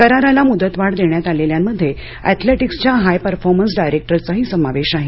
कराराला मुदतवाढ देण्यात आलेल्यांमध्ये एथलेटिक्स च्या हाय परफॉर्मन्स डायरेक्टरचाही समावेश आहे